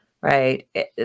right